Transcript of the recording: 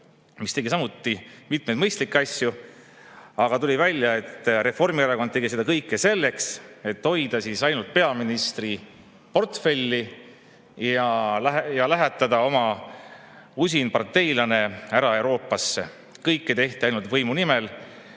mis tegi samuti mitmeid mõistlikke asju. Aga tuli välja, et Reformierakond tegi seda kõike selleks, et hoida ainult peaministriportfelli ja lähetada oma usin parteilane ära Euroopasse. Kõike tehti ainult võimu nimel.